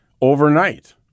overnight